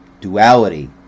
Duality